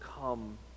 come